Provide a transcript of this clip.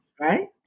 right